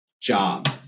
job